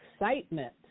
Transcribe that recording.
excitement